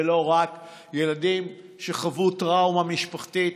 ולא רק, ילדים שחוו טראומה משפחתית